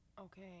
Okay